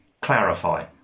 clarify